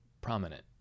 prominent